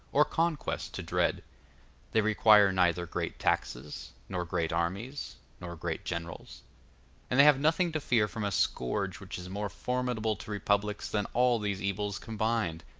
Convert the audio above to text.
or conquest to dread they require neither great taxes, nor great armies, nor great generals and they have nothing to fear from a scourge which is more formidable to republics than all these evils combined,